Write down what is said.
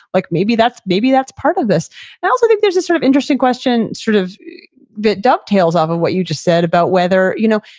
like maybe maybe that's part of this i also think there's a sort of interesting question sort of that dovetails off of what you just said about whether, you know,